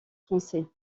français